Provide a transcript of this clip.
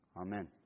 Amen